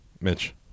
Mitch